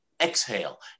exhale